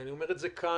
ואני אומר את זה כאן,